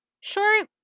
Sure